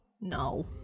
No